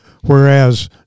whereas